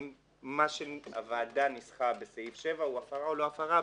האם מה שהוועדה ניסחה בסעיף 7 הוא הפרה או לא הפרה,